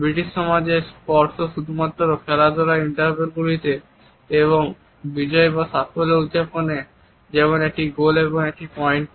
British সমাজে স্পর্শ শুধুমাত্র খেলাধুলার ইভেন্টগুলিতে এবং বিজয় বা সাফল্য উদযাপনে যেমন একটি গোল বা একটি পয়েন্ট করা